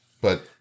But-